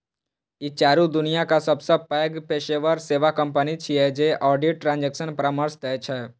ई चारू दुनियाक सबसं पैघ पेशेवर सेवा कंपनी छियै जे ऑडिट, ट्रांजेक्शन परामर्श दै छै